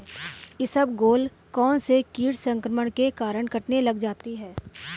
इसबगोल कौनसे कीट संक्रमण के कारण कटने लग जाती है?